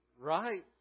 right